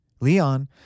Leon